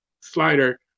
slider